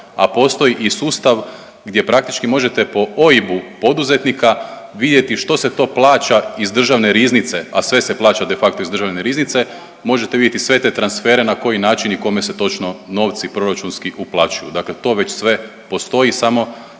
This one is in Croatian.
a postoji i sustav gdje praktički možete po OIB-u poduzetnika vidjeti što se to plaća iz Državne riznice, a sve se plaća de facto iz Državne riznice možete vidjeti sve te transfere na koji način i kome se točno novci proračunski uplaćuju. Dakle, to već sve postoji samo